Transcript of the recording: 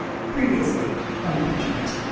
previously on impeachment